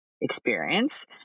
experience